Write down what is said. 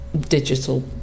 digital